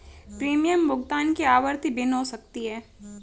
premium भुगतान की आवृत्ति भिन्न हो सकती है